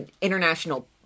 international